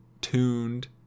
tuned